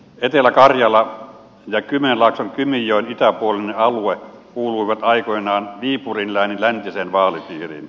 etelä karjala ja kymenlaakson kymijoen itäpuolinen alue kuuluivat aikoinaan viipurin läänin läntiseen vaalipiiriin